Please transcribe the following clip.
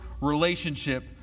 relationship